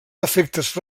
defectes